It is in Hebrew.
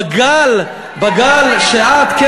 בגל שאת,